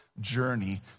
journey